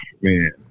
Man